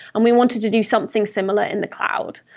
and we wanted to do something similar in the cloud.